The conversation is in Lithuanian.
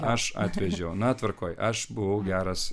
aš atvežiau na tvarkoj aš buvau geras